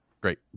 Great